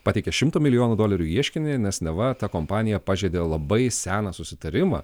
pateikė šimto milijonų dolerių ieškinį nes neva ta kompanija pažeidė labai seną susitarimą